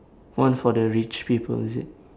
all for the rich people is it